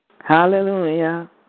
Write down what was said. hallelujah